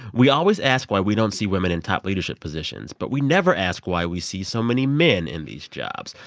we always ask why we don't see women in top leadership positions, but we never ask why we see so many men in these jobs.